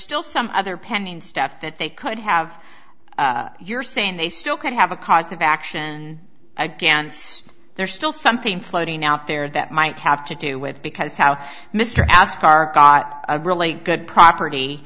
still some other pending stuff that they could have you're saying they still could have a cause of action against there's still something floating out there that might have to do with because how mr are really good property